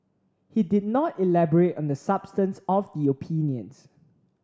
he did not elaborate on the substance of the opinions